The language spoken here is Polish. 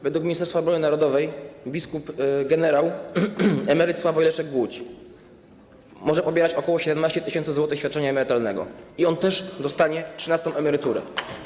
Według Ministerstwa Obrony Narodowej bp gen. emeryt Sławoj Leszek Głódź może pobierać ok. 17 tys. zł świadczenia emerytalnego i on też dostanie trzynastą emeryturę.